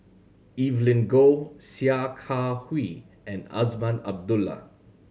Evelyn Goh Sia Kah Hui and Azman Abdullah